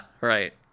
right